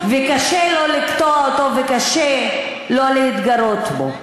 וקשה שלא לקטוע אותו וקשה שלא להתגרות בו.